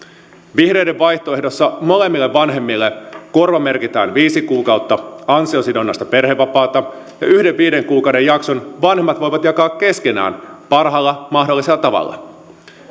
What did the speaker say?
vihreiden vaihtoehdossa molemmille vanhemmille korvamerkitään viisi kuukautta ansiosidonnaista perhevapaata ja yhden viiden kuukauden jakson vanhemmat voivat jakaa keskenään parhaalla mahdollisella tavalla